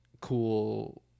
cool